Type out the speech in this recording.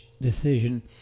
decision